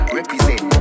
Represent